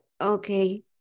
Okay